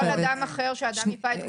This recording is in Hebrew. זה כל אדם אחר שהאדם ייפה את כוחו.